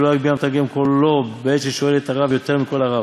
ולא יגביה המתרגם קולו בעת ששואל את הרב יותר מקול הרב.